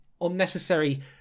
unnecessary